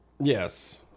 Yes